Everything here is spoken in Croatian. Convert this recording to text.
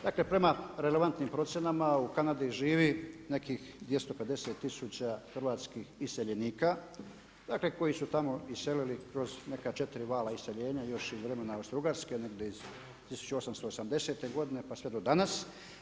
Dakle prema relevantnim procjenama u Kanadi živi nekih 250 tisuća hrvatskih iseljenika dakle koji su tamo iselili kroz neka četiri vala iseljenja još iz vremena Austrougarske gdje iz 1880. godine pa sve do danas.